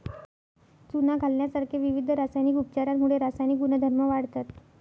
चुना घालण्यासारख्या विविध रासायनिक उपचारांमुळे रासायनिक गुणधर्म वाढतात